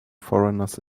foreigners